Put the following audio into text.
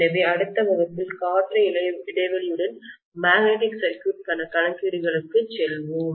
எனவே அடுத்த வகுப்பில் காற்று இடைவெளியுடன் மேக்னடிக் சர்க்யூட் கணக்கீடுகளுக்குச் செல்வோம்